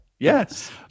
Yes